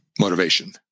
motivation